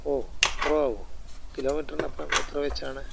ഓഹ് അത്ര ആകുമോ കിലോമീറ്ററിന് അപ്പം എത്ര വച്ചാണ്